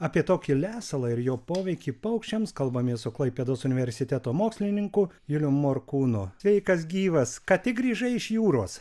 apie tokį lesalą ir jo poveikį paukščiams kalbamės su klaipėdos universiteto mokslininku julium morkūnu sveikas gyvas ką tik grįžai iš jūros